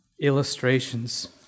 illustrations